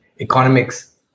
economics